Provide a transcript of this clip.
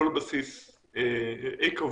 לא על בסיס קבוע,